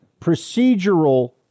procedural